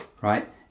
right